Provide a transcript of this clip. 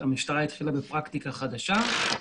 המשטרה התחילה בפרקטיקה חדשה,